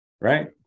right